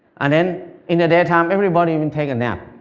and then in the daytime, everyone even takes a nap.